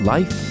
Life